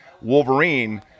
Wolverine